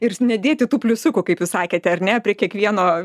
ir nedėti tų pliusiukų kaip jūs sakėte ar ne prie kiekvieno